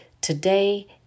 Today